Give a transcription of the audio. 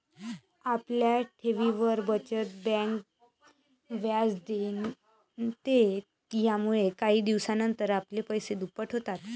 आपल्या ठेवींवर, बचत बँक व्याज देते, यामुळेच काही दिवसानंतर आपले पैसे दुप्पट होतात